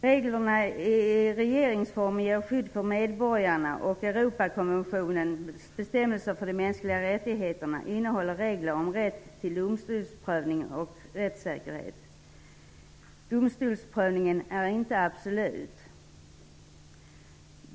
Reglerna i regeringsformen ger skydd för medborgarna, och Europakonventionens bestämmelser för de mänskliga rättigheterna innehåller regler om rätt till domstolsprövning och rättssäkerhet. Domstolsprövningen är inte absolut.